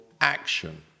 action